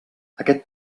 aquest